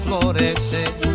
florece